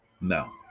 No